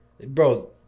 bro